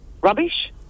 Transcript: rubbish